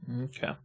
okay